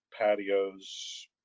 patios